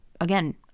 again